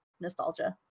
nostalgia